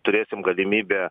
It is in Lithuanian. turėsim galimybę